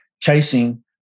chasing